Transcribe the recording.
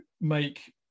make –